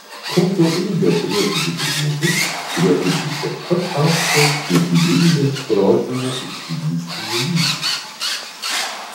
kokio ūgio turėtų būti žmogus kurio ūgis toks pat aukštas kaip julijos protinio išsivystymo lygis